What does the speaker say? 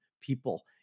people